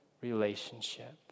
relationship